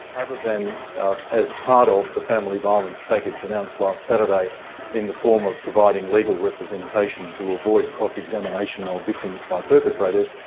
other than as part of the family violence package announced last saturday in the form of providing legal representation to avoid cross examination of victims by perpetrators,